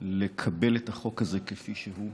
לקבל את החוק הזה כפי שהוא,